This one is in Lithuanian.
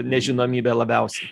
nežinomybė labiausiai